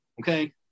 Okay